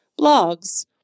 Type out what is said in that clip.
blogs